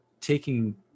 Taking